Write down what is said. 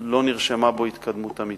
לא נרשמה בו התקדמות אמיתית.